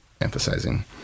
emphasizing